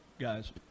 guys